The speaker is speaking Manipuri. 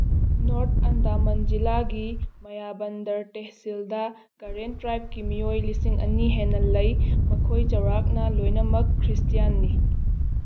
ꯅꯣꯔꯠ ꯑꯟꯗꯥꯃꯟ ꯖꯤꯂꯥꯒꯤ ꯃꯌꯥꯕꯟꯗꯔ ꯇꯦꯁꯤꯜꯗ ꯀꯔꯦꯟ ꯇ꯭ꯔꯥꯏꯞꯀꯤ ꯃꯤꯑꯣꯏ ꯂꯤꯁꯤꯡ ꯑꯅꯤ ꯍꯦꯟꯅ ꯂꯩ ꯃꯈꯣꯏ ꯆꯥꯎꯔꯥꯛꯅ ꯂꯣꯏꯅꯃꯛ ꯈ꯭ꯔꯤꯁꯇ꯭ꯌꯥꯟꯅꯤ